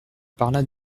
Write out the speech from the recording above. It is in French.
parla